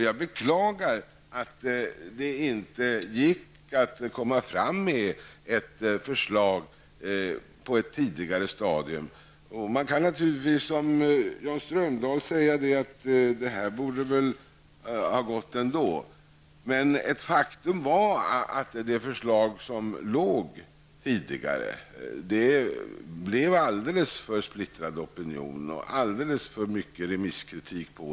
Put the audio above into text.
Jag beklagar att det inte gick att komma fram med ett förslag på ett tidigare stadium. Man kan naturligtvis, som Jan Strömdahl, säga att detta borde ha gått ändå. Men ett faktum var att det förslag som tidigare låg gav upphov till en alldeles för splittrad opinion och alldeles för mycket remisskritik.